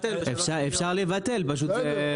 אפשר לבטל, זה פשוט חקיקה.